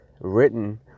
written